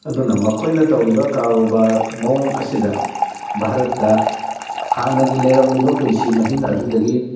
ꯑꯗꯨꯅ ꯃꯈꯣꯏꯅ ꯇꯧꯔꯤꯕ ꯀꯔꯣꯕꯥꯔ ꯃꯑꯣꯡ ꯑꯁꯤꯗ ꯚꯥꯔꯠꯇ ꯍꯥꯟꯅꯒꯤ ꯂꯩꯔꯝꯂꯤꯕ ꯄꯨꯟꯁꯤ ꯃꯍꯤꯡ ꯑꯗꯨꯗꯒꯤ